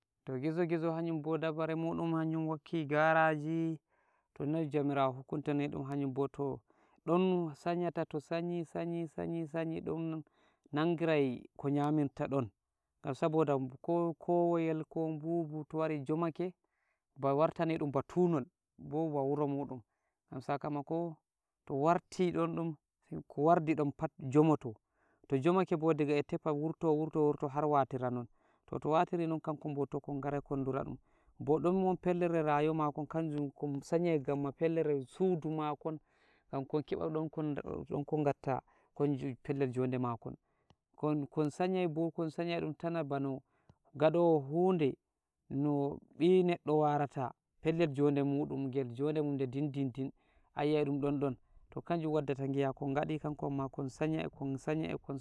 To gizo-gizo hanumbo dabare muɗum hanum wokki garaji to non jomirawo hukunta niɗum hayumbo toh ɗon sanyata to sanyi-sanyi-sanyi-sanyi ɗum nangirai ko nyaminta ɗon gam saboda ko kowoyel ko bubu to wari jomake ba warta neɗum ba tunol bo ba wuro mudum gam sakamako to warti ɗon ɗum sai ko wardi ɗon pat jomoto to jomake bo diga e tefah wurto-wurto-wurto har watira non tot to watiri non kankon bo kon garai to kon ngarai kon dura dum bo ɗunwon pillere rayuwa makon kanjum kon sanyai gamma pellere sudu makon gan kon keba ɗon kon daɗo ɗon kon gatta kon pellel jode makon kon-kon sanyai bo kon sanyai bo tana bano ngaɗowo hunde noɓi neɗo warata pellel jode mudum ngel joɗe muɗum de dindindin ayi dum ɗon ɗonɗon to kanjum waddata ngi'a kon ngadi kankon ma kon sanya-ekon sanya e